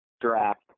Draft